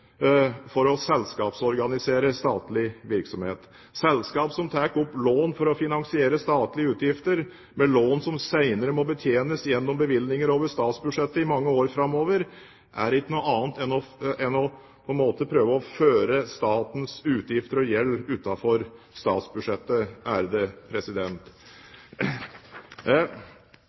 statlig virksomhet. Selskap som tar opp lån for å finansiere statlige utgifter med lån som senere må betjenes gjennom bevilgninger over statsbudsjettet i mange år framover, er ikke noe annet enn at en prøver å føre statens utgifter og gjeld utenfor statsbudsjettet.